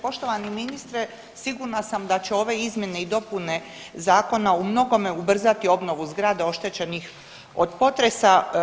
Poštovani ministre sigurna sam da će ove izmjene i dopune zakona u mnogome ubrzati obnovu zgrada oštećenih od potresa.